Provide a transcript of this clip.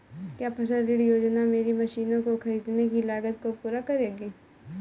क्या फसल ऋण योजना मेरी मशीनों को ख़रीदने की लागत को पूरा करेगी?